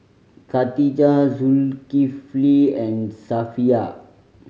Khatijah Zulkifli and Safiya